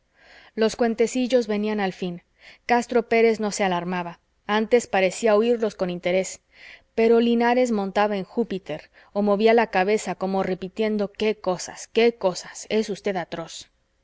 los cuentecillos venían al fin castro pérez no se alarmaba antes parecía oirlos con interés pero linares montaba en júpiter o movía la cabeza como repitiendo qué cosas qué cosas es usted atroz